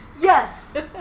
Yes